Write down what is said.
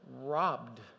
robbed